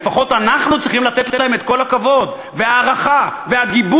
לפחות אנחנו צריכים לתת להם את כל הכבוד וההערכה והגיבוי,